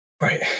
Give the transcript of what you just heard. Right